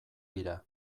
dira